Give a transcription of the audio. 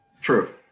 True